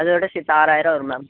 அதோட சேர்த்து ஆறாயிரம் வரும் மேம்